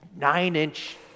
nine-inch